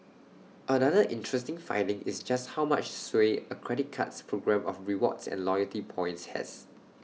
another interesting finding is just how much sway A credit card's programme of rewards and loyalty points has